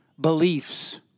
beliefs